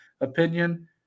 opinion